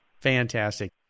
Fantastic